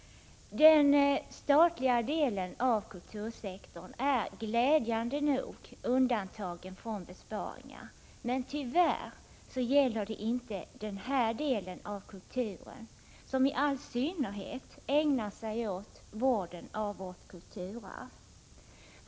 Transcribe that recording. Den statliga delen av kultursektorn är glädjande nog undantagen från besparingar. Men tyvärr gäller inte detta skydd den här delen av kulturen, som i synnerhet avser vården av vårt kulturarv.